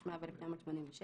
התשמ"ו-1986"